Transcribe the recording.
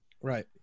Right